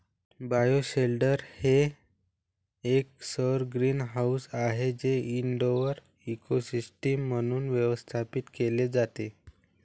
bioshelter हे एक सौर ग्रीनहाऊस आहे जे इनडोअर इकोसिस्टम म्हणून व्यवस्थापित केले जाते